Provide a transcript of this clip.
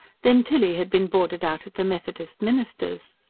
then tilly had been boarded out at the methodist minister's.